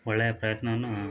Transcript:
ಒಳ್ಳೆಯ ಪ್ರಯತ್ನವನ್ನೂ